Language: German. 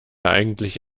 eigentlich